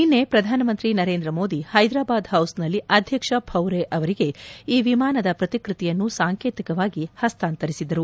ನಿನ್ನೆ ಪ್ರಧಾನಮಂತ್ರಿ ನರೇಂದ್ರ ಮೋದಿ ಹೈದರಾಬಾದ್ ಹೌಸ್ನಲ್ಲಿ ಅಧ್ಯಕ್ಷ ಫೌರೆ ಅವರಿಗೆ ಈ ವಿಮಾನದ ಪ್ರತಿಕ್ವತಿಯನ್ನು ಸಾಂಕೇತಿಕವಾಗಿ ಹಸ್ತಾಂತರಿಸಿದ್ದರು